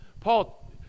paul